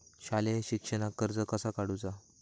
शालेय शिक्षणाक कर्ज कसा काढूचा?